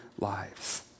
lives